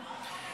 בבקשה לא להפריע.